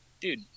dude